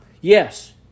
yes